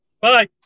Bye